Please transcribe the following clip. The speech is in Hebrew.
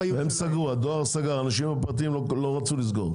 הדואר סגר, אנשים פרטיים לא רצו לסגור.